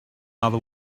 other